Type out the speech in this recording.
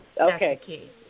Okay